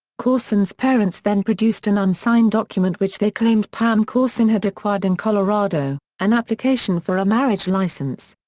courson's parents then produced an unsigned document which they claimed pam courson had acquired in colorado, an application for a marriage license.